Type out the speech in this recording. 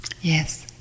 Yes